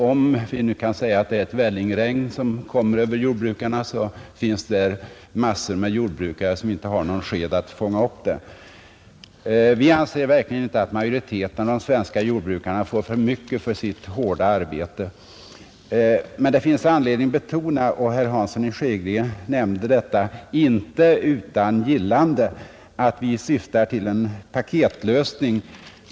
Om vi nu kan säga att det är ett vällingregn som faller över jordbrukarna, så finns där massor av jordbrukare som inte har någon sked att fånga upp det med, Vi anser verkligen inte att majoriteten av de svenska jordbrukarna får för mycket för sitt hårda arbete, men det finns anledning betona — och herr Hansson i Skegrie nämnde detta inte utan gillande — att vi syftar till en paketlösning.